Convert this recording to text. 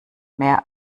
mehr